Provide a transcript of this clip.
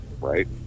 Right